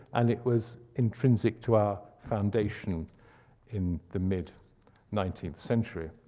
and it was intrinsic to our foundation in the mid nineteenth century.